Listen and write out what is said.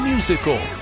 Musical